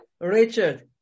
Richard